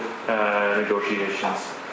negotiations